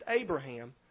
Abraham